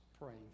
praying